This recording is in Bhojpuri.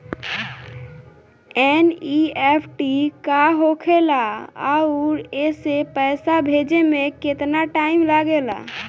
एन.ई.एफ.टी का होखे ला आउर एसे पैसा भेजे मे केतना टाइम लागेला?